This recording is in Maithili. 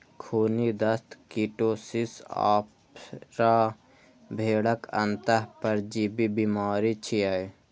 खूनी दस्त, कीटोसिस, आफरा भेड़क अंतः परजीवी बीमारी छियै